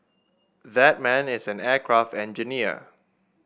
that man is an aircraft engineer